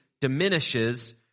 diminishes